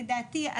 לדעתי.